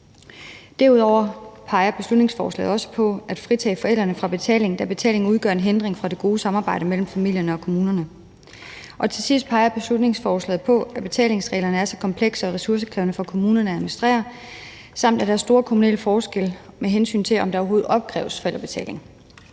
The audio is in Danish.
peger man i beslutningsforslaget også på at fritage forældrene fra betaling, da betaling udgør en hindring for det gode samarbejde mellem familierne og kommunerne. Og til sidst peger man i beslutningsforslaget på, at betalingsreglerne er komplekse og ressourcekrævende for kommunerne at administrere, samt at der er store kommunale forskelle med hensyn til, om der overhovedet opkræves forældrebetaling.